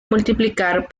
multiplicar